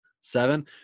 seven